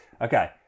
Okay